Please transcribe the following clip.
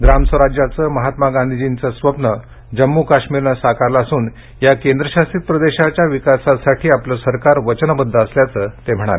ग्राम स्वराज्याचं महात्मा गांधीजींचं स्वप्न जम्मू काश्मीरने साकारलं असून या केंद्र शासित प्रदेशाच्या विकासासाठी आपले सरकार वचनबद्ध असल्याचं त्यांनी सांगितलं